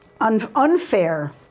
unfair